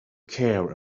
care